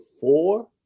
four